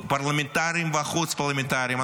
הפרלמנטריים והחוץ-פרלמנטריים,